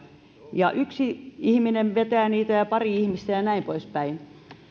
vetää yksi ihminen ja pari ihmistä ja ja näin poispäin